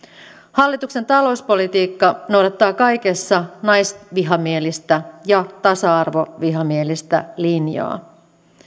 hallituksen talouspolitiikka noudattaa kaikessa naisvihamielistä ja tasa arvovihamielistä linjaa